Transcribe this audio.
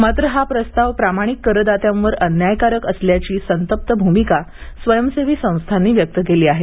मात्र हा प्रस्ताव प्रामाणिक करदात्यांवर अन्यायकारक असल्याची संतप्त भूमिका स्वयंसेवी संस्थांनी व्यक्त केली आहे